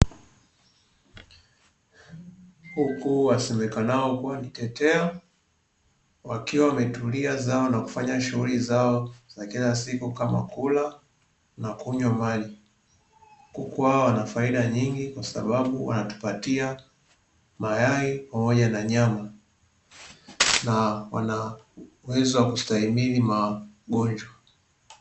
Kuku wasemekanao kuwa ni tetea wakiwa wametulia zao na kufanya shughuli zao za kila siku kama kula na kunywa maji. Kuku hawa wana faida nyingi kwasababu wanatupatia mayai pamoja na nyama na wauwezo wa kustahimili magonjwa.